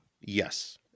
Yes